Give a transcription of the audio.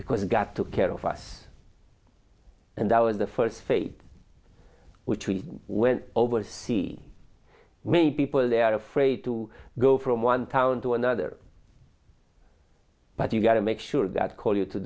because god took care of us and that was the first state which we went over to see many people they are afraid to go from one town to another but you gotta make sure that call you to